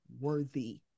worthy